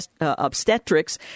Obstetrics